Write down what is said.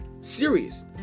serious